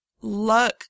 luck